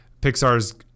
Pixar's